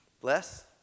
Bless